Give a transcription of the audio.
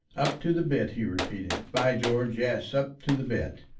up to the bit, he repeated by george, yes up to the bit.